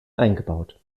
eingebaut